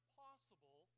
possible